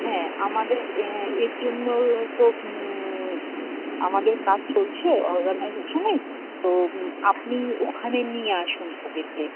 হ্যাঁ আমাদের এর জন্য তো আমাদের কাজ চলছে অর্গানাইজেশনের তো আপনি ওখানে নিয়ে আসুন তাদেরকে